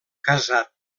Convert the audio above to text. casat